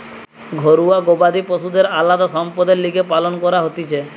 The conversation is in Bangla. ঘরুয়া গবাদি পশুদের আলদা সম্পদের লিগে পালন করা হতিছে